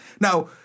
Now